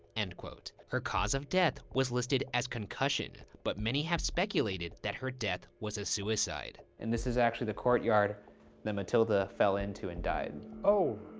end quote. her cause of death was listed as concussion, but many have speculated that her death was a suicide. and this is actually the courtyard that matilda fell into and died. oh,